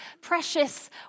precious